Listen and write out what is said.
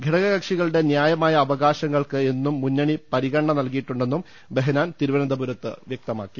ഘടക കക്ഷികളുടെ ന്യായമായ അവകാശങ്ങൾക്ക് എന്നും മുന്നണി പരിഗണന നൽകിയിട്ടുണ്ടെന്നും ബെഹനാൻ തിരുവന ന്തപുരത്ത് വ്യക്തമാക്കി